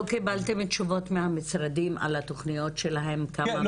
לא קיבלתם תשובות מהמשרדים על התוכניות שלהם כמה מעורבים?